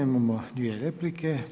Imamo dvije replike.